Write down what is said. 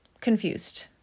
confused